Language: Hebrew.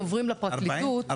יש